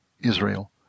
Israel